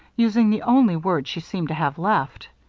using the only word she seemed to have left.